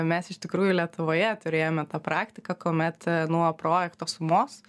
mes iš tikrųjų lietuvoje turėjome tą praktiką kuomet e nuo projekto sumos